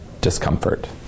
discomfort